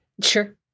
Sure